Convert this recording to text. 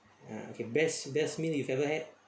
ah okay best best meal you've ever had